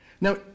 Now